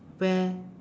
where